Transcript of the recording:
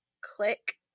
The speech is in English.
click